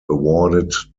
awarded